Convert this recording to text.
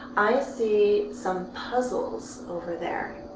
i see some puzzles over there.